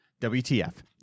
WTF